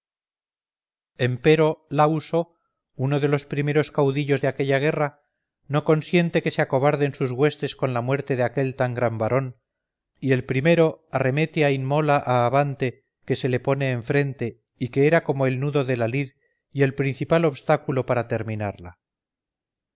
pecho empero lauso uno de los primeros caudillos de aquella guerra no consiente que se acobarden sus huestes con la muerte de aquel tan gran varón y el primero arremete a inmola a abante que se le pone en frente y que era como el nudo de la lid y el principal obstáculo para terminarla